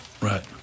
Right